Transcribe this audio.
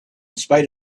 spite